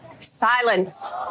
Silence